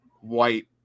white